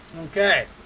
Okay